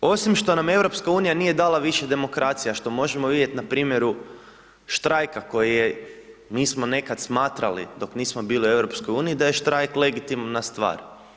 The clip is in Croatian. I osim što nam EU nije dala više demokracija, što možemo vidjeti na primjeru štrajka koji je, mi smo nekada smatrali dok nismo bili u EU, da je štrajk legitimna stvar.